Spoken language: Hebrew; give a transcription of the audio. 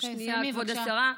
כבוד השרה.